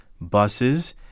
Buses